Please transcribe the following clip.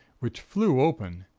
which flew open.